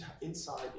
inside